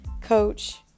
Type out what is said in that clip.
coach